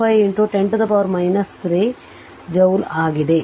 25 10 ರ ಪವರ್ 3 ಅದು ಜೌಲ್ ಆಗಿದೆ